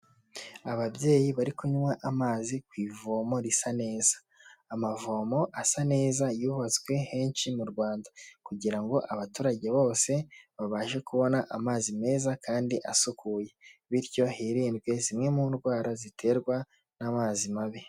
Ababyeyi bari kunywa amazi ku ivomo risa neza, amavomo asa neza yubatswe henshi mu Rwanda kugira ngo abaturage bose babashe kubona amazi meza kandi asukuye, bityo hirindwe zimwe mu ndwara ziterwa n'amazi mabi.